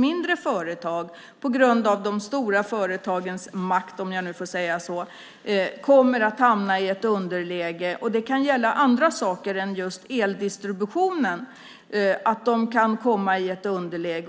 mindre företag på grund av de stora företagens makt, om jag får säga så, hamnar i underläge. Det kan vara annat än just eldistributionen som gör att de mindre företagen kan hamna i underläge.